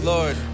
Lord